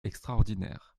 extraordinaire